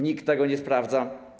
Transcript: Nikt tego nie sprawdza.